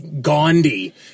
Gandhi